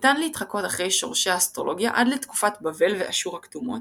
ניתן להתחקות אחרי שורשי האסטרולוגיה עד לתקופת בבל ואשור הקדומות,